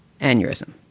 aneurysm